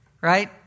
right